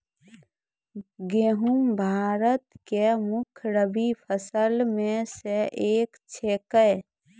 गेहूँ भारत के मुख्य रब्बी फसल मॅ स एक छेकै